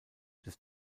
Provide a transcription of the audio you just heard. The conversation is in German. des